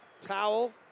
towel